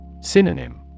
Synonym